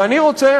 ואני רוצה,